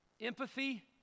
Empathy